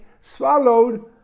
swallowed